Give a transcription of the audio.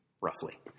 roughly